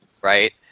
Right